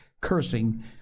cursing